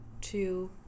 two